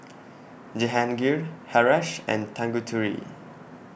Jehangirr Haresh and Tanguturi